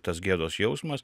tas gėdos jausmas